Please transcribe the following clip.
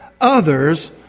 others